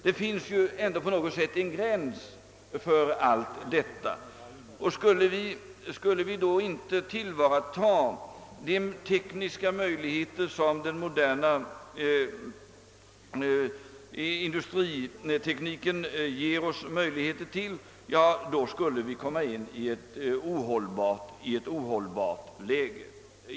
Det finns ändå en gräns för allt detta, och skulle vi inte tillvarata de möjligheter, som den moderna industritekniken ger oss, skulle vi komma i ett ohållbart läge.